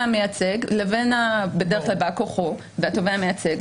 המייצג לבין בדרך כלל בא כוחו והתובע המייצג.